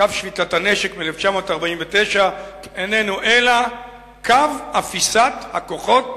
קו שביתת הנשק מ-1949 איננו אלא קו אפיסת הכוחות